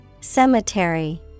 Cemetery